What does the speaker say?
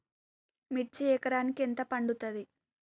మిర్చి ఎకరానికి ఎంత పండుతది?